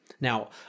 Now